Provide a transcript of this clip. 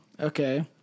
Okay